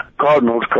Cardinals